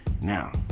Now